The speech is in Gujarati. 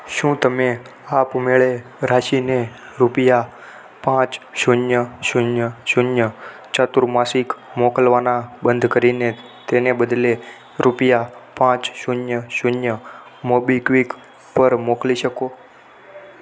શું તમે આપ મેળે રાશીને રૂપિયા પાંચ શૂન્ય શૂન્ય શૂન્ય ચતુર્માસિક મોકલવાના બંધ કરીને તેને બદલે રૂપિયા પાંચ શૂન્ય શૂન્ય મોબીક્વિક પર મોકલી શકો